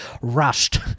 rushed